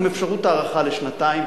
עם אפשרות הארכה לשנתיים.